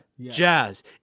jazz